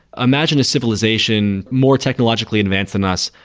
imagine a civilization more technologically advanced than us,